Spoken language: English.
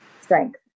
strength